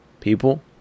people